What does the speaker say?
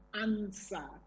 answer